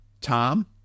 Tom